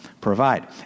provide